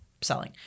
selling